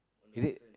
is it